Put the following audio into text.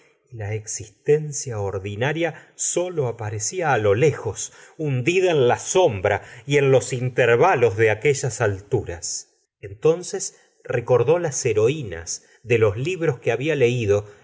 la existencia ordinaria sólo aparecía lo lejos hundida en la sombra y en los intervalos de aquellas alturas entonces recordó las heroínas de los libros que había leido